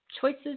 choices